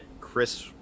Chris